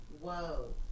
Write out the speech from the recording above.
Whoa